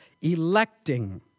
electing